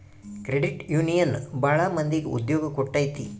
credit union ಭಾಳ ಮಂದಿಗೆ ಉದ್ಯೋಗ ಕೊಟ್ಟೈತಿ